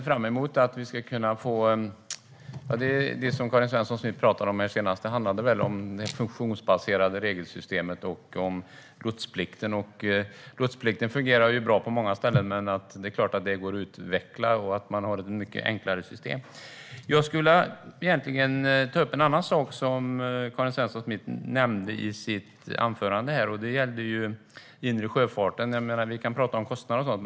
Fru talman! Karin Svensson Smith talade här senast om det funktionsbaserade regelsystemet och godsplikten. Godsplikten fungerar bra på många ställen, men det är klart att den kan utvecklas till ett mycket enklare system. Jag skulle egentligen ta upp en annan sak som Karin Svensson Smith nämnde i sitt anförande. Det gäller den inre sjöfarten. Vi kan tala om kostnader och sådant.